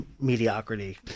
mediocrity